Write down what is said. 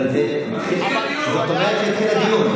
אבל התחיל הדיון.